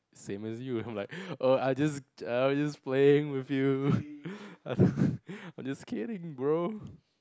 same as you